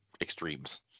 extremes